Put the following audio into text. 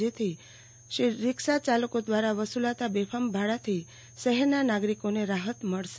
જેથી રિક્ષા ચાલકો દ્રારા વસુલાતા બેફામ ભાડાથી શહેરના નાગરિકોને રાહત મળશે